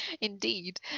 indeed